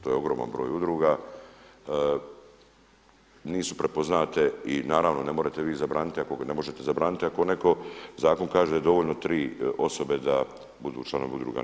To je ogroman broj udruga, nisu prepoznate i naravno ne možete vi zabraniti ako ne možete zabraniti ako neko zakon kaže dovoljno tri osobe da budu članovi udruge.